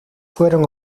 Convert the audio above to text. fueron